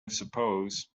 suppose